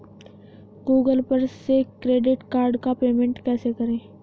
Google पर से credit card का पेमेंट कैसे करें?